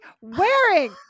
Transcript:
wearing